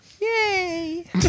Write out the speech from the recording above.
Yay